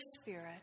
Spirit